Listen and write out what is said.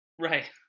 Right